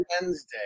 Wednesday